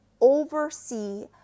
oversee